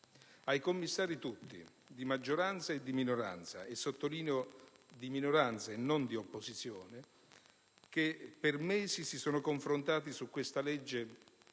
ai commissari tutti, di maggioranza e di minoranza, e sottolineo di minoranza e non di opposizione, che per mesi si sono confrontati su questa legge